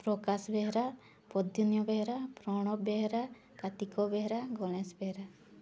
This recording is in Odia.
ପ୍ରକାଶ ବେହେରା ପ୍ରଦ୍ୟୁନ୍ୟ ବେହେରା ପ୍ରଣବ୍ ବେହେରା କାର୍ତ୍ତିକ ବେହେରା ଗଣେଶ ବେହେରା